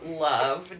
love